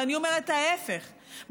ואני אומרת: ההפך,